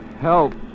Help